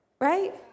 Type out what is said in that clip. Right